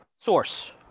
source